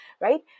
right